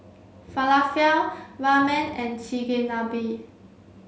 Falafel Ramen and Chigenabe